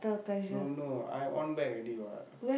no no I on back already what